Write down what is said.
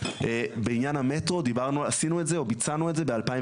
בעניין המטרו דיברנו עשינו את זה או ביצענו את זה ב-2016,